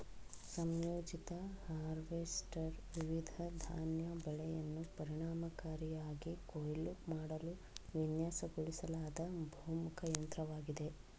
ಸಂಯೋಜಿತ ಹಾರ್ವೆಸ್ಟರ್ ವಿವಿಧ ಧಾನ್ಯ ಬೆಳೆಯನ್ನು ಪರಿಣಾಮಕಾರಿಯಾಗಿ ಕೊಯ್ಲು ಮಾಡಲು ವಿನ್ಯಾಸಗೊಳಿಸಲಾದ ಬಹುಮುಖ ಯಂತ್ರವಾಗಿದೆ